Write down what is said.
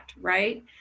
right